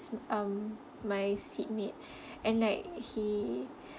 um my seatmate and like he